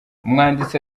umwanditsi